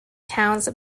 towns